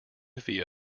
via